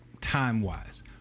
time-wise